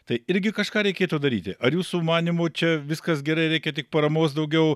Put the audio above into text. tai irgi kažką reikėtų daryti ar jūsų manymu čia viskas gerai reikia tik paramos daugiau